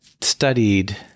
studied